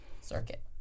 circuit